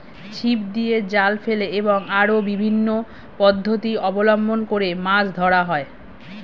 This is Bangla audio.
ছিপ দিয়ে, জাল ফেলে এবং আরো বিভিন্ন পদ্ধতি অবলম্বন করে মাছ ধরা হয়